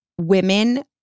Women